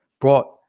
brought